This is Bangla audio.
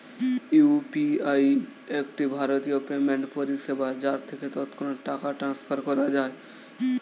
ইউ.পি.আই একটি ভারতীয় পেমেন্ট পরিষেবা যার থেকে তৎক্ষণাৎ টাকা ট্রান্সফার করা যায়